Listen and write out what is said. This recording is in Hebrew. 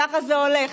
ככה זה הולך,